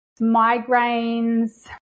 migraines